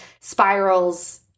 spirals